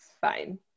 fine